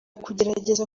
kugerageza